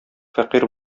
фәкыйрь